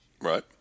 Right